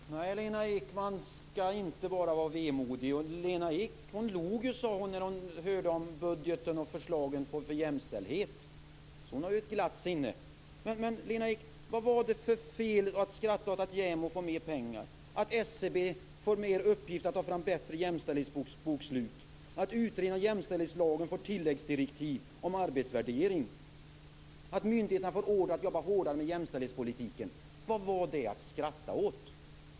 Fru talman! Nej, Lena Ek, man skall inte bara vara vemodig. Lena Ek log, sade hon, när hon hörde om budgeten och förslagen om jämställdhet, så hon har ju ett glatt sinne. Men, Lena Ek, vad var det för fel att skratta åt att JämO får mer pengar? SCB får också i uppgift att ta fram bättre jämställdhetsbokslut, utredningen om jämställdhetslagen får tilläggsdirektiv om arbetsvärdering och myndigheterna får order om att jobba hårdare med jämställdhetspolitiken. Är det att skratta åt?